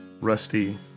rusty